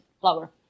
flower